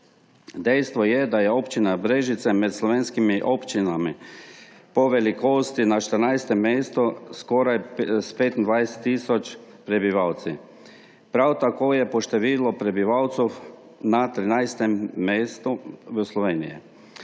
Dejstvo je, da je Občina Brežice med slovenskimi občinami po velikosti na 14. mestu, s skoraj 25 tisoč prebivalci. Prav tako je po številu prebivalcev na 13. mestu v Sloveniji.